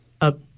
Up